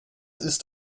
ist